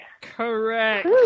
Correct